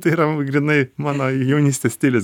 tai yra grynai mano jaunystės stilis